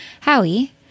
howie